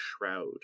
shroud